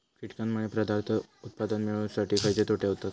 कीटकांनमुळे पदार्थ उत्पादन मिळासाठी खयचे तोटे होतत?